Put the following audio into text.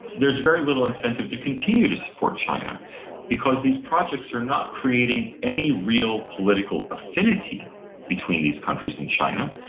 there's very little incentive to continue continue to support china because these projects are not creating any real political affinity between these countries and china,